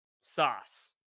sauce